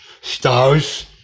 Stars